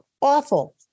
awful